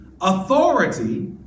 Authority